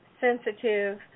sensitive